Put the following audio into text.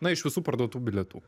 na iš visų parduotų bilietų